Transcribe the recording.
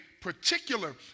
particular